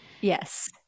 Yes